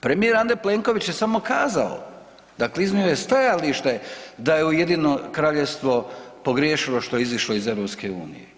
Premijer Andrej Plenković je samo kazao, dakle iznio je stajalište da je Ujedinjeno Kraljevstvo pogriješilo što je izišlo iz EU.